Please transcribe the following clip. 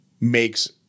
makes